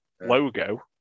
logo